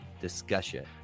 discussion